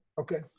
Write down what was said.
Okay